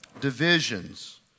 Divisions